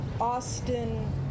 Austin